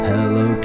Hello